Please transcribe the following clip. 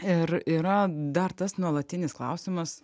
ir yra dar tas nuolatinis klausimas